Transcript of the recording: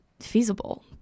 feasible